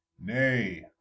nay